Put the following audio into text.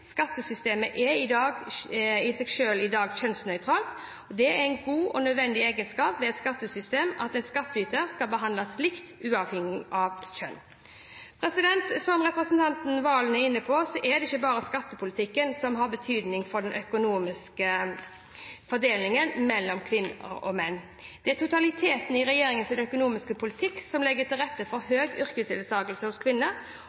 Skattesystemet er i seg selv i dag kjønnsnøytralt. Det er en god og nødvendig egenskap ved et skattesystem at en skattyter skal behandles likt uavhengig av kjønn. Som representanten Serigstad Valen er inne på, er det ikke bare skattepolitikken som har betydning for den økonomiske fordelingen mellom kvinner og menn. Det er totaliteten i regjeringens økonomiske politikk som legger til rette for høy yrkesdeltakelse hos kvinner.